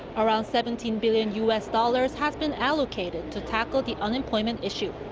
around seventeen billion u s. dollars has been allocated to tackle the unemployment issue.